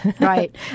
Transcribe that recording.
Right